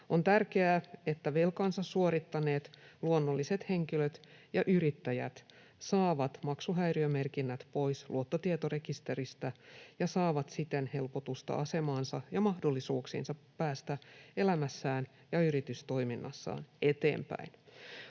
On tärkeää, että velkansa suorittaneet luonnolliset henkilöt ja yrittäjät saavat maksuhäiriömerkinnät pois luottotietorekisteristä ja saavat siten helpotusta asemaansa ja mahdollisuuksiinsa päästä elämässään ja yritystoiminnassaan eteenpäin.